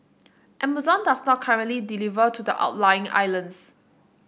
Amazon does not currently deliver to the outlying islands